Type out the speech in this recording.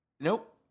nope